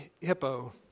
Hippo